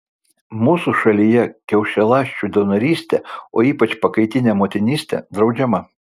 mūsų šalyje kiaušialąsčių donorystė o ypač pakaitinė motinystė draudžiama